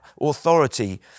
authority